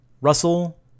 Russell